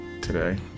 today